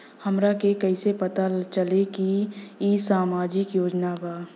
हमरा के कइसे पता चलेगा की इ सामाजिक योजना बा?